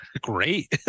great